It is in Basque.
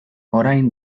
orain